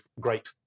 great